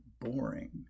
boring